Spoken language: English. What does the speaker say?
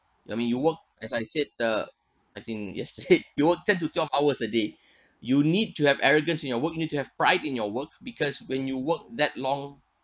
I mean you work as I said the I think yesterday hit you work ten to twelve hours a day you need to have arrogant in your work you need to have pride in your work because when you work that long